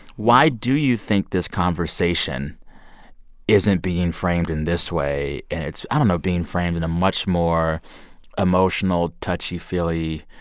why do you think this conversation isn't being framed in this way and it's i don't know being framed in a much more emotional, touchy-feely,